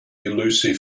elusive